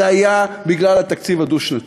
זה היה בגלל התקציב הדו-שנתי.